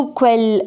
quel